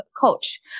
coach